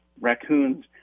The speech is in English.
raccoons